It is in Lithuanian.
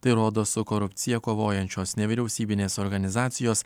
tai rodo su korupcija kovojančios nevyriausybinės organizacijos